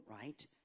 right